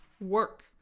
work